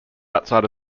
outside